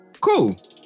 cool